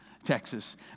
Texas